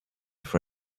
for